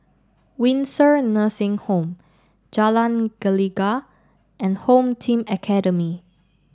Windsor Nursing Home Jalan Gelegar and Home Team Academy